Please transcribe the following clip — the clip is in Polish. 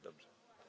Dobrze.